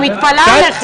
אני מתפלאה עליכם.